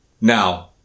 Now